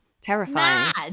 terrifying